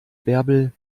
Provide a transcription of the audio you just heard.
bärbel